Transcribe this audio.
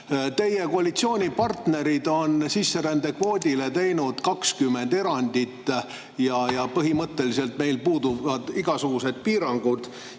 Teie koalitsioonipartnerid on sisserändekvoodi puhul teinud 20 erandit. Põhimõtteliselt meil puuduvad igasugused piirangud